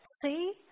See